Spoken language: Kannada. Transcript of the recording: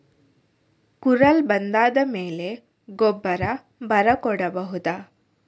ಕುರಲ್ ಬಂದಾದ ಮೇಲೆ ಗೊಬ್ಬರ ಬರ ಕೊಡಬಹುದ?